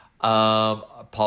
Paul